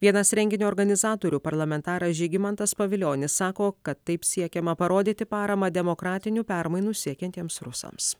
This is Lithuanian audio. vienas renginio organizatorių parlamentaras žygimantas pavilionis sako kad taip siekiama parodyti paramą demokratinių permainų siekiantiems rusams